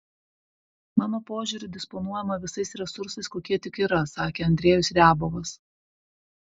mano požiūriu disponuojama visais resursais kokie tik yra sakė andrejus riabovas